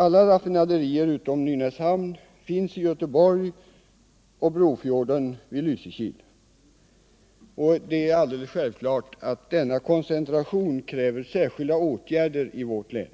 Alla raffinaderier utom Nynäshamn finns i Göteborg och i Lysekil vid Brofjorden. Denna koncentration kräver givetvis särskilda åtgärder i vårt län.